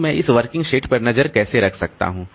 तो मैं इस वर्किंग सेट पर नज़र कैसे रख सकता हूँ